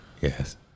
Yes